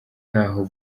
nkaho